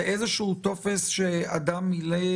זה איזשהו טופס שאדם מילא